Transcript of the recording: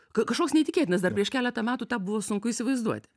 kažkoks neįtikėtinas dar prieš keletą metų tą buvo sunku įsivaizduoti